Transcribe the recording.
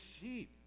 sheep